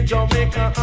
Jamaica